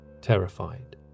terrified